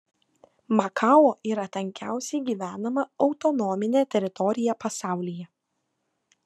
makao yra tankiausiai gyvenama autonominė teritorija pasaulyje